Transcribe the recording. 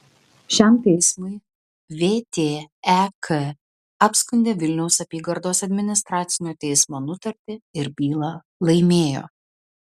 šiam teismui vtek apskundė vilniaus apygardos administracinio teismo nutartį ir bylą laimėjo